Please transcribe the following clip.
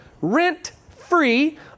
rent-free